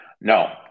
No